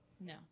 No